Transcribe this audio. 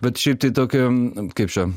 bet šiaip tai tokią kaip čia